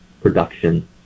production